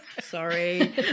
sorry